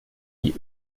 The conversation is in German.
wie